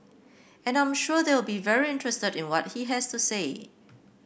and I'm sure they'll be very interested in what he has to say